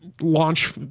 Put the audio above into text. launch